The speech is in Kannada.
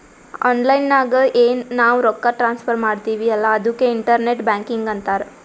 ಆನ್ಲೈನ್ ನಾಗ್ ಎನ್ ನಾವ್ ರೊಕ್ಕಾ ಟ್ರಾನ್ಸಫರ್ ಮಾಡ್ತಿವಿ ಅಲ್ಲಾ ಅದುಕ್ಕೆ ಇಂಟರ್ನೆಟ್ ಬ್ಯಾಂಕಿಂಗ್ ಅಂತಾರ್